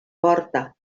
porta